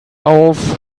auf